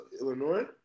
Illinois